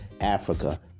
Africa